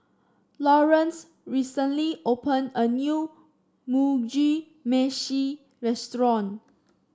Lawrance recently open a new Mugi Meshi Restaurant